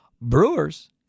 Brewers